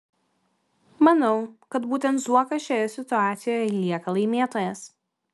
manau kad būtent zuokas šioje situacijoje lieka laimėtojas